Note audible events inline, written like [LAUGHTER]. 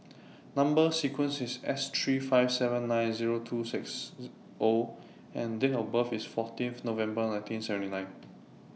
Number sequence IS S three five seven nine Zero two six O and Date of birth IS fourteen of November nineteen seventy nine [NOISE]